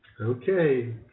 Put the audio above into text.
Okay